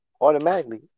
Automatically